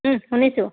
শুনিছোঁ